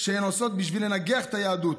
שהן עושות בשביל לנגח את היהדות.